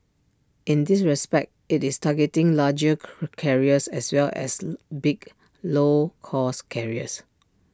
in this respect IT is targeting larger carriers as well as big low cost carriers